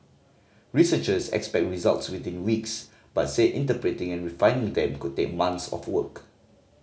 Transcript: researchers expect results within weeks but say interpreting and refining them could take months of work